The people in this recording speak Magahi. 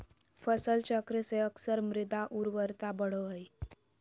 फसल चक्र से अक्सर मृदा उर्वरता बढ़ो हइ